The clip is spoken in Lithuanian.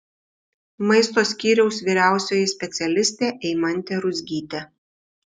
maisto skyriaus vyriausioji specialistė eimantė ruzgytė